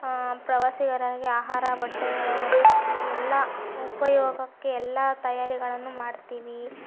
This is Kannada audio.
ಪ್ರವಾಸಿಗಾರರಿಗೆ ಆಹಾರ ಬಟ್ಟೆಗಳು ವಸತಿ ಎಲ್ಲ ಉಪಯೋಗಕ್ಕೆ ಎಲ್ಲ ತಯಾರಿಗಳನ್ನು ಮಾಡ್ತೀವಿ